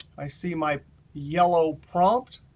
i see my yellow prompt.